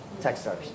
Techstars